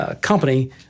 company